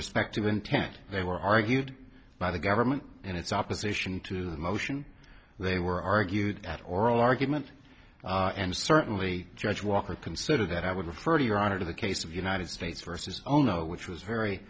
respect of intent they were argued by the government and its opposition to the motion they were argued at oral argument and certainly judge walker consider that i would refer to your honor to the case of united states versus ono which was very